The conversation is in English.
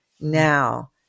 now